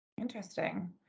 Interesting